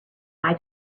bye